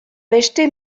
beste